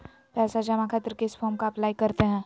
पैसा जमा खातिर किस फॉर्म का अप्लाई करते हैं?